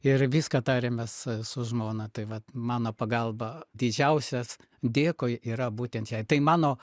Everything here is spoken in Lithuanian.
ir viską tariamės su žmona tai vat mano pagalba didžiausias dėkui yra būtent jai tai mano